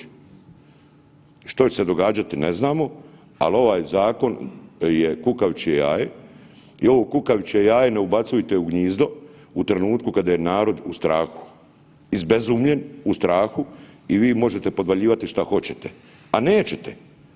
I što će se događati ne znamo, al ovaj zakon je kukavičje jaje i ovo kukavičje jaje ne ubacujte u gnizdo u trenutku kada je narod u strahu, izbezumljen, u strahu i vi možete podvaljivati šta hoćete, a nećete.